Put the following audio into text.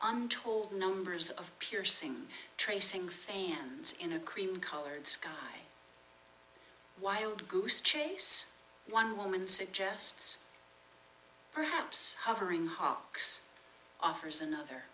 untold numbers of piercing tracing fans a cream colored sky wild goose chase one woman suggests perhaps hovering hawks offers another